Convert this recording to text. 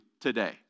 today